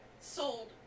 sold